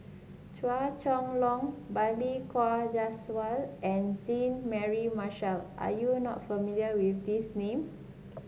Chua Chong Long Balli Kaur Jaswal and Jean Mary Marshall are you not familiar with these name